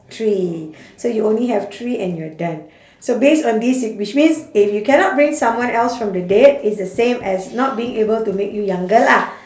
three so you only have three and you're done so based on this which means if you cannot bring someone else from the dead it's the same as not being able to make you younger lah